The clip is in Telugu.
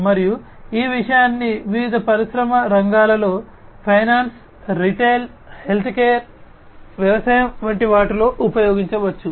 మరియు ఈ విషయాన్ని వివిధ పరిశ్రమ రంగాలలో ఫైనాన్స్ రిటైల్ హెల్త్కేర్ వ్యవసాయం వంటి వాటిలో ఉపయోగించవచ్చు